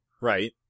Right